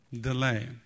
delay